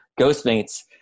Ghostmates